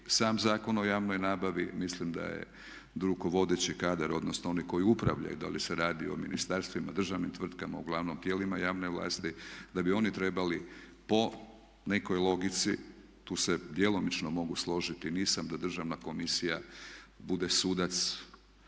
sam Zakon o javnoj nabavi, mislim da je rukovodeći kadar, odnosno oni koji upravljaju, da li se radi o ministarstvima, državnim tvrtkama, uglavnom tijelima javne vlasti da bi oni trebali po nekoj logici, tu se djelomično mogu složiti, nisam da državna komisija bude sudac